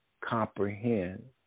comprehend